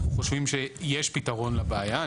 אנחנו חושבים שיש פתרון לבעיה.